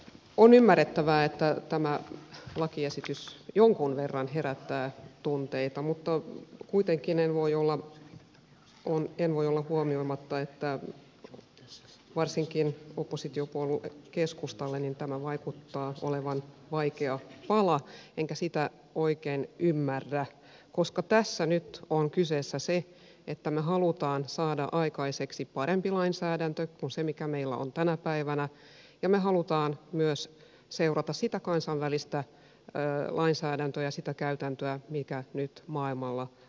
on ymmärrettävää että tämä lakiesitys jonkin verran herättää tunteita mutta kuitenkaan en voi olla huomioimatta että varsinkin oppositiopuolue keskustalle tämä vaikuttaa olevan vaikea pala enkä sitä oikein ymmärrä koska tässä nyt on kyseessä se että me haluamme saada aikaiseksi paremman lainsäädännön kuin se mikä meillä on tänä päivänä ja me haluamme myös seurata sitä kansainvälistä lainsäädäntöä ja sitä käytäntöä mikä nyt maailmalla on